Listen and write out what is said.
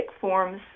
forms